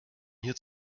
hier